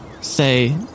say